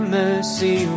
mercy